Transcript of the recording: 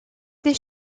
des